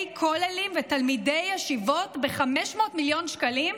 כוללים ותלמידי ישיבות ב-500 מיליון שקלים,